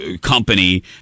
company